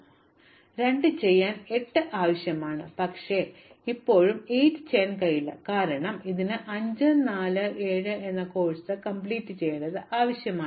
എനിക്ക് 2 ചെയ്തു 2 ചെയ്യാൻ 8 ആവശ്യമാണ് പക്ഷേ എനിക്ക് ഇപ്പോഴും 8 ചെയ്യാൻ കഴിയില്ല കാരണം ഇതിന് 5 4 7 എന്നിവയും ആവശ്യമാണ്